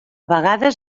vegades